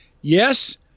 yes